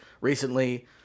recently